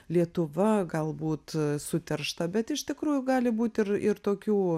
lietuva galbūt suteršta bet iš tikrųjų gali būt ir ir tokių